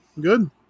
good